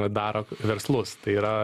daro verslus tai yra